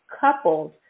coupled